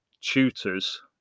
tutors